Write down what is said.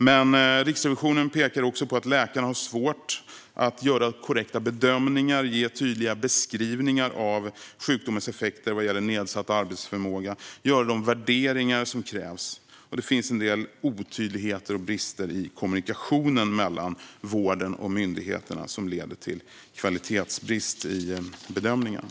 Men Riksrevisionen pekar också på att läkarna har svårt att göra korrekta bedömningar, ge tydliga beskrivningar av sjukdomens effekter vad gäller nedsatt arbetsförmåga och göra de värderingar som krävs. Det finns en del otydligheter och brister i kommunikationen mellan vården och myndigheterna som leder till kvalitetsbrister i bedömningarna.